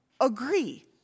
agree